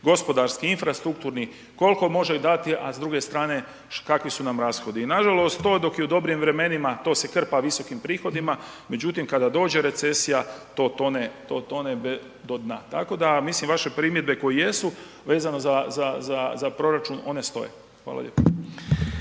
gospodarski, infrastrukturni koliko može dati, a s druge strane kakvi su nam rashodi. Nažalost to dok je u dobrim vremenima to se krpa visokim prihodima, međutim kada dođe recesija to tone do dna. Tako da mislim vaše primjedbe koje jesu vezano za proračun one stoje. Hvala lijepo.